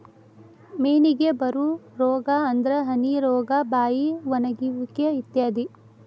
ಮೇನಿಗೆ ಬರು ರೋಗಾ ಅಂದ್ರ ಹನಿ ರೋಗಾ, ಬಾಯಿ ಒಣಗುವಿಕೆ ಇತ್ಯಾದಿ